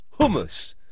hummus